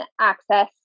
access